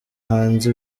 hanze